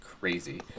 crazy